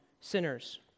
sinners